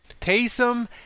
Taysom